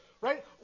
right